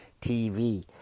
TV